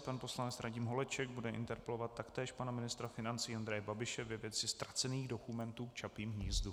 Pan poslanec Radim Holeček bude interpelovat taktéž pana ministra financí Andreje Babiše ve věci ztracených dokumentů k Čapímu hnízdu.